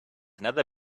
another